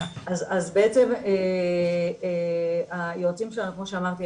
בעצם היועצים שלנו כמו שאמרתי,